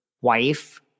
wife